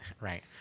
Right